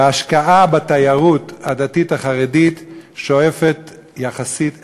וההשקעה בתיירות הדתית החרדית שואפת יחסית לאפס.